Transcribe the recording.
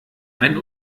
einen